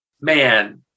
man